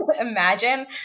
Imagine